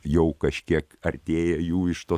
jau kažkiek artėja jų iš to